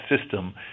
system